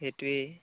সেইটোৱেই